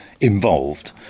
involved